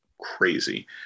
crazy